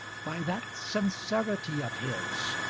by that sincerity of his,